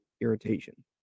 irritation